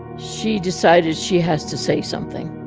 she decided she has to say something